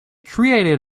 created